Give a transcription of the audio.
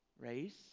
Race